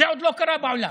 זה עוד לא קרה בעולם.